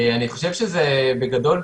בגדול,